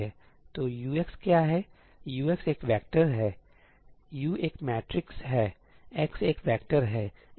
तो Ux क्या है Ux एक वेक्टर है U एक मैट्रिक्सहै x एक वेक्टर है